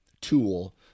tool